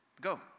go